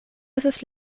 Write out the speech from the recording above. estos